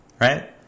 Right